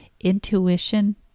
Intuition